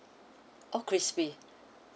all crispy